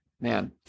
man